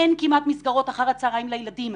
אין כמעט מסגרות אחר הצהרים לילדים,